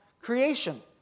creation